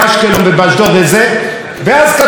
ואני אומר לך עכשיו שגם לא נכון מה שאמרת,